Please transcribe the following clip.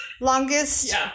longest